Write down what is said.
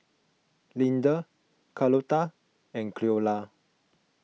Leander Carlota and Cleola